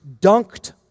dunked